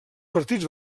partits